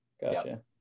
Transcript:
Gotcha